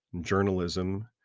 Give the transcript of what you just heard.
journalism